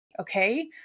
okay